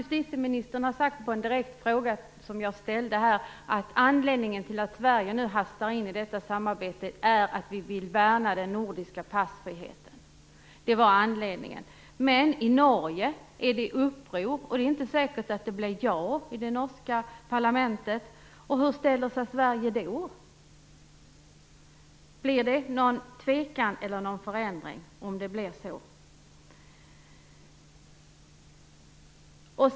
Justitieministern har som svar på en direkt fråga som jag ställde sagt att anledningen till att Sverige nu hastar in i detta samarbete är att vi vill värna den nordiska passfriheten. Det var anledningen. Men i Norge är det uppror. Det är inte säkert att det blir ja i det norska parlamentet. Hur ställer sig Sverige då? Blir det någon tvekan eller någon förändring om det blir så?